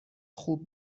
خوب